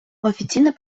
офіційне